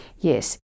Yes